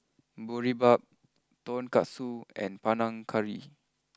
Boribap Tonkatsu and Panang Curry